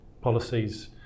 policies